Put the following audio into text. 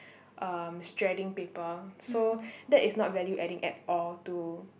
um shredding paper so that is not value adding at all to